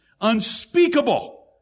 unspeakable